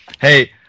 Hey